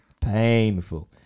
painful